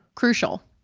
crucial.